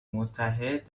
متحد